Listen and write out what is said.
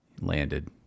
landed